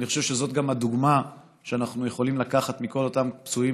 אני חושב שזאת הדוגמה שאנחנו יכולים לקחת מכל אותם פצועים,